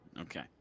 Okay